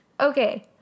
okay